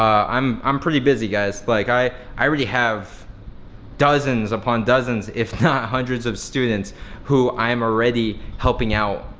i'm i'm pretty busy guys. like i i already have dozens upon dozens, if not hundreds of students who i am already helping out,